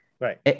right